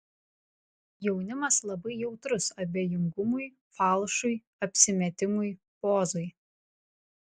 jaunimas labai jautrus abejingumui falšui apsimetimui pozai